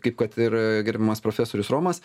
kaip kad ir gerbiamas profesorius romas